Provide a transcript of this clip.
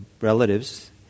relatives